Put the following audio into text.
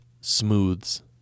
smooths